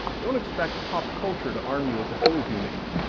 don't expect pop culture to arm you with the tools you need.